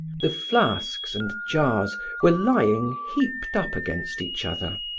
the flasks and jars were lying heaped up against each other.